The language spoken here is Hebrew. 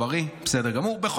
הוא בריא.